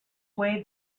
way